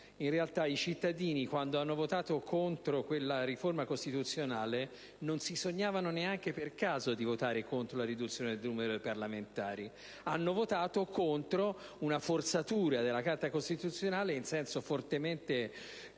In realtà, i cittadini, quando hanno votato contro quella riforma costituzionale, non si sognavano neanche per caso di votare contro la riduzione del numero dei parlamentari. Hanno votato contro una forzatura della Carta costituzionale in senso fortemente